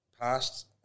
past